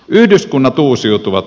yhdyskunnat uusiutuvat